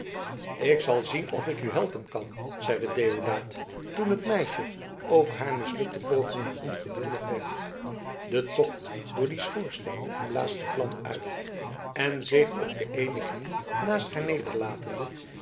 ik zal zien of ik u helpen kan zeide deodaat toen het meisje over haar mislukte pogingen onverduldig werd de tocht door dien schoorsteen blaast de vlam uit en zich op de eene knie naast haar nederlatende